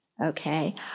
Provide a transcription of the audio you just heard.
Okay